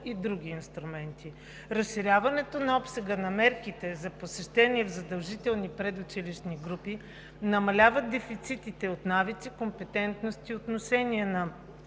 и други инструменти. Разширяването на обсега на мерките за посещение в задължителни предучилищни групи намалява дефицитите от навици, компетентност и отношение на